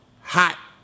hot